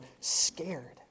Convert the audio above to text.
scared